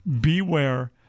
Beware